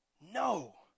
No